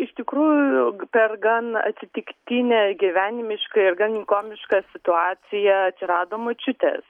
iš tikrųjų per gan atsitiktinę gyvenimišką ir gan komišką situaciją atsirado močiutės